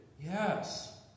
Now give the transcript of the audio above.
Yes